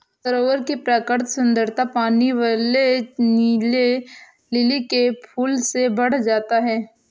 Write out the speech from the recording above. सरोवर की प्राकृतिक सुंदरता पानी वाले नीले लिली के फूल से बढ़ जाती है